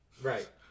Right